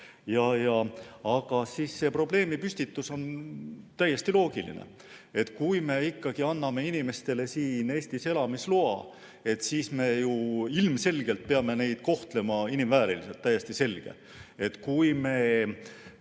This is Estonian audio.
on. Aga see probleemipüstitus on täiesti loogiline. Kui me ikkagi anname inimestele siin Eestis elamise loa, siis me ju ilmselgelt peame neid kohtlema inimvääriliselt. Täiesti selge! Kui me